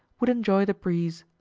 would enjoy the breeze.